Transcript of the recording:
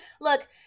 look